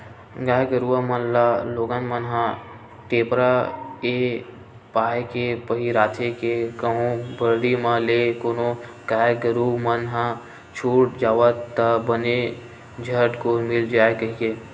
गाय गरुवा मन ल लोगन मन ह टेपरा ऐ पाय के पहिराथे के कहूँ बरदी म ले कोनो गाय गरु मन ह छूट जावय ता बने झटकून मिल जाय कहिके